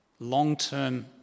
long-term